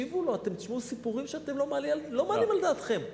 אתם תשמעו סיפורים שאתם לא מעלים על דעתכם.